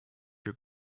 your